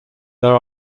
there